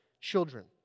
children